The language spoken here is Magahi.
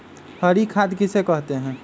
हरी खाद किसे कहते हैं?